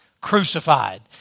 crucified